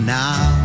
now